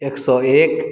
एक सए एक